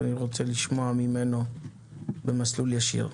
רוצה לשמוע ממנו במסלול ישיר.